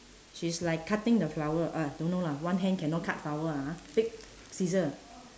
she's like cutting the flower uh don't know lah one hand cannot cut flower ah ha big scissor